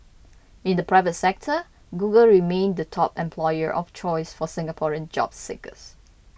in the private sector Google remained the top employer of choice for Singaporean job seekers